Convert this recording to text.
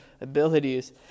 abilities